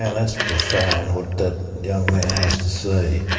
yeah that's profound, what that young man has to say.